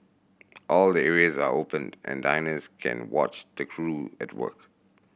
all the areas are open and diners can watch the crew at work